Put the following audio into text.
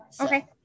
Okay